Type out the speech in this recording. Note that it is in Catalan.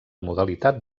modalitat